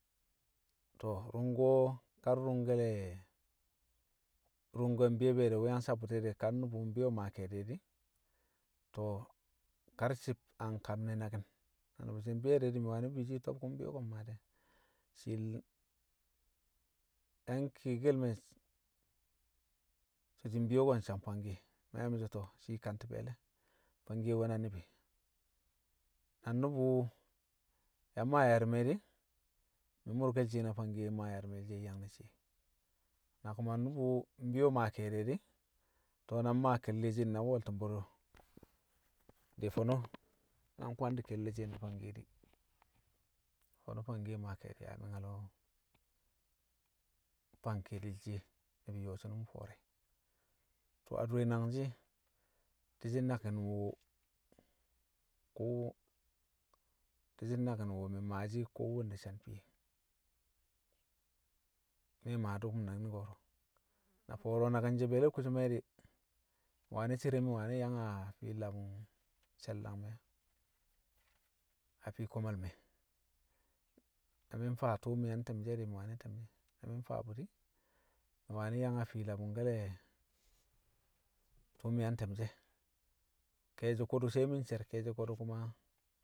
To̱ rṵngko̱ ka nrṵngke̱ le̱, ru̱ngke̱ wṵ mbi̱yo̱ bi̱yo̱de̱ wṵ yang sabbṵti̱ dai ka nnṵbṵ mbi̱yo̱ maa ke̱e̱di̱ e̱ di̱, to̱ karshi̱b a nkam ne̱ naki̱n. Na nṵbṵ she̱ mbi̱yo̱ de̱ mi̱ wani̱ bishi mi̱ so̱ to̱b kṵ mbi̱yo̱ko̱ mmaa te̱e̱. Shii nlam yang kiyekel me̱ so̱ shii mbi̱yo̱ko̱ a nsang fankiye. Mi̱ yang ye̱shi̱ mi̱ so̱ to̱, shii kanti̱ be̱e̱le̱ fangkiye nwe̱ na ni̱bi̱, na nnu̱bu̱ yang maa yaarṵme̱ di̱, mi̱ mmṵrke̱l shiye na fangkiye mmaa yaarṵme̱l shiye nyang nẹ shiye. Na kuma nṵbṵ mbi̱yo̱ maa ke̱e̱di̱ e̱ di̱, to̱ na mmaa ke̱lle̱ shiye na nwẹl tṵmbṵr di̱ fo̱no̱ na nkwandi̱ ke̱lle̱ shiye na fangkiye di̱, fo̱no̱ fangkiye maa ke̱e̱di̱ ya mi̱ nyalo̱ fang ke̱e̱di̱l shiye, ni̱bi̱ yo̱o̱ shi̱nṵm fo̱o̱re̱. To̱ adure nangshi̱, di̱shi̱ naki̱n wṵ ko, ɗi shi̱ naki̱n wu̱ mi̱ maashi̱ kowanne san fiye, me̱ maa dṵkṵm naki̱n ko̱. Na fo̱o̱ro̱ naki̱n she̱ be̱e̱le̱ kusam e̱ di̱, mi̱ wani̱ cere mi̱ wani yang a fii labṵng she̱l--dangme̱ a fii komal me̱, na mi̱ mfaa tṵṵ mi̱ yang te̱mshi̱ e̱ di̱, mi̱ wani̱ tẹm shi̱, na mi̱ mfaa bṵ di̱, mi̱ wani̱ yang a fii labṵngke̱le̱ tṵṵ mi̱ yang tem shi̱ e̱. Ke̱e̱shi ko̱dṵ sai mi̱ ncer, ke̱e̱shi̱ ko̱dṵ ku̱ma